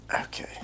Okay